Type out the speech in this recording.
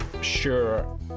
sure